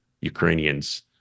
Ukrainians